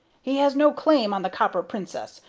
he has no claim on the copper princess.